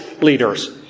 leaders